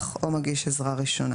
אח או מגיש עזרה ראשונה,